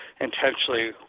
intentionally